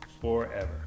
forever